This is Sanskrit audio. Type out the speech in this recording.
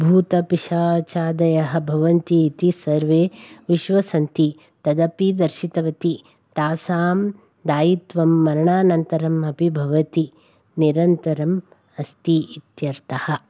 भूतपिशाचादयः भवन्ति इति सर्वे विश्वसिन्ति तदपि दर्शितवती तासां दायित्वं मरणानन्तरम् अपि भवति निरन्तरं अस्ति इत्यर्थः